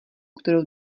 kterou